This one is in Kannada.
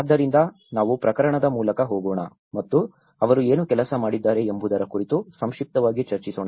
ಆದ್ದರಿಂದ ನಾವು ಪ್ರಕರಣದ ಮೂಲಕ ಹೋಗೋಣ ಮತ್ತು ಅವರು ಏನು ಕೆಲಸ ಮಾಡಿದ್ದಾರೆ ಎಂಬುದರ ಕುರಿತು ಸಂಕ್ಷಿಪ್ತವಾಗಿ ಚರ್ಚಿಸೋಣ